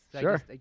Sure